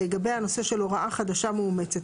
לגבי הנושא של הוראה חדשה מאומצת,